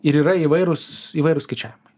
ir yra įvairūs įvairūs skaičiavimai